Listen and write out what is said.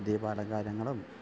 ദീപാലങ്കാരങ്ങളും